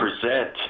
present